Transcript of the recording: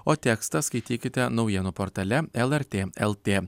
o tekstą skaitykite naujienų portale lrt lt